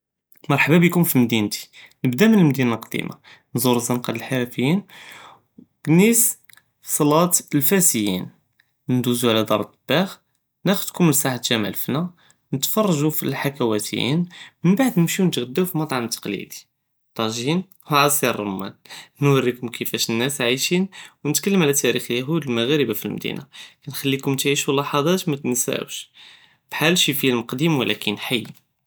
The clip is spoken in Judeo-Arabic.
מרחבא ביקום פי מדינתי נבדא מן אלמדינה אלקדימה, נזורוו זנקה אלחאפין פליס סלאת אלפאסין נדווזוו על דאר אלדבאח ناخדכם לסאחה שמאל אלפנא נטפרגוו פלחכאותין מבעד נמשיו נטעזאו פי אלמטעמ אלתקלידי טאג'ין ועסיר אלרומן נוריוכם כיפאש אלנאס עיישין ונטכאלם על תאריך אליהוד אלמגרביה פלמדינה, נחליוכם תעיישו אלאלחת מתנסאוש בהאל פילם קדيم ולקין חי.